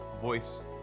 voice